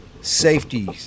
safety